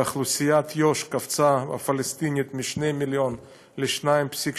ואוכלוסיית יו"ש הפלסטינית קפצה מ-2 מיליון ל-2.8,